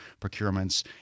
procurements